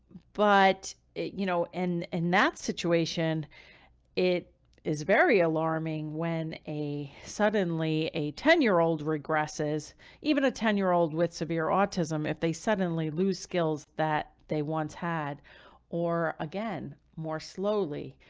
but you know, and in that situation it is very alarming when a suddenly a ten year old regresses even a ten year old with severe autism, if they suddenly lose skills that they once had or again, more slowly,